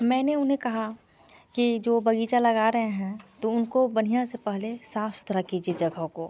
मैंने उन्हें कहा कि जो बगीचा लगा रहे हैं तो उनको बढ़िया से पहले साफ़ सुथरा कीजिए जगह को